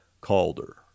Calder